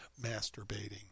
masturbating